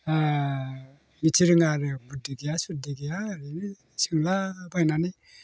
मिथिरोङा आरो बुद्धि गैया सुद्धि गैया ओरैनो सोंलाबायनानै